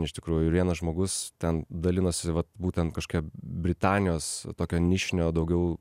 iš tikrųjų ir vienas žmogus ten dalinosi vat būtent kažkokia britanijos tokio nišinio daugiau